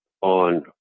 on